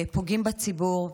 פוגעים בציבור,